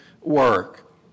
work